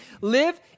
live